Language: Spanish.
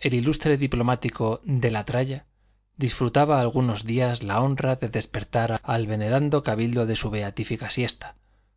el ilustre diplomático de la tralla disfrutaba algunos días la honra de despertar al venerando cabildo de su beatífica siesta